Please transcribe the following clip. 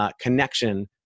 connection